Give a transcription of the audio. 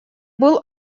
был